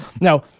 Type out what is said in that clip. Now